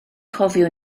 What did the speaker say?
cofio